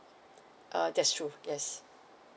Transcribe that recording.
uh that's true yes